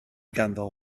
ganddo